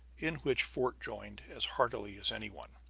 in which fort joined as heartily as any one.